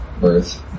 birth